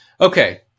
Okay